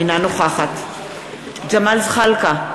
אינה נוכחת ג'מאל זחאלקה,